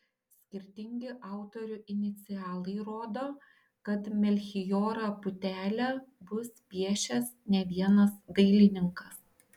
skirtingi autorių inicialai rodo kad melchijorą putelę bus piešęs ne vienas dailininkas